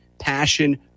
passion